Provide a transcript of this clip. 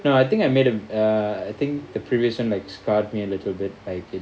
no I think I made um ah I think the previous one like scarred me a little bit